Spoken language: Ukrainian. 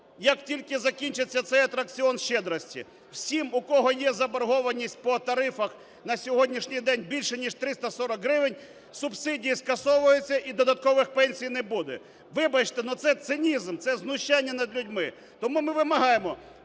як тільки закінчиться цей "атракціон щедрості", всім, у кого є заборгованість по тарифах на сьогоднішній день більше ніж 340 гривень, субсидії скасовуються і додаткових пенсій не буде. Вибачте, но це цинізм, це знущання над людьми. Тому ми вимагаємо